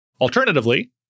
Alternatively